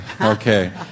Okay